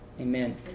Amen